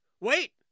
wait